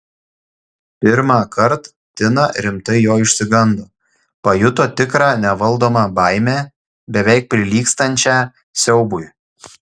pirmąkart tina rimtai jo išsigando pajuto tikrą nevaldomą baimę beveik prilygstančią siaubui